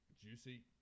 juicy